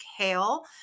kale